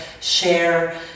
share